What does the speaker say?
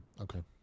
Okay